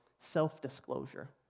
self-disclosure